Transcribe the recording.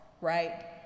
right